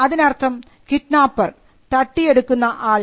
അതിനർത്ഥം കിഡ്നാപ്പർ തട്ടിയെടുക്കുന്ന ആൾ